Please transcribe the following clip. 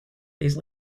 these